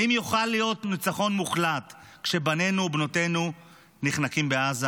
האם יוכל להיות ניצחון מוחלט כשבנינו ובנותינו נחנקים בעזה?